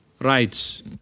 rights